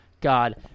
God